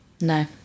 No